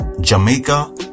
Jamaica